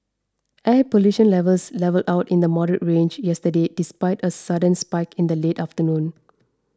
air pollution levels levelled out in the moderate range yesterday despite a sudden spike in the late afternoon